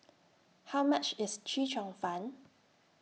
How much IS Chee Cheong Fun